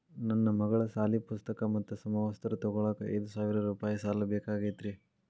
ನನ್ನ ಮಗಳ ಸಾಲಿ ಪುಸ್ತಕ್ ಮತ್ತ ಸಮವಸ್ತ್ರ ತೊಗೋಳಾಕ್ ಐದು ಸಾವಿರ ರೂಪಾಯಿ ಸಾಲ ಬೇಕಾಗೈತ್ರಿ